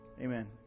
Amen